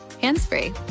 hands-free